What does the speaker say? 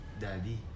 daddy